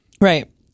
Right